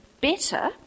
better